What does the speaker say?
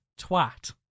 Twat